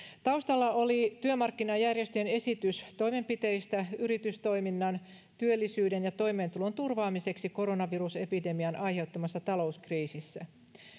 taustalla oli työmarkkinajärjestöjen esitys toimenpiteistä yritystoiminnan työllisyyden ja toimeentulon turvaamiseksi koronavirusepidemian aiheuttamassa talouskriisissä